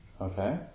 Okay